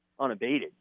unabated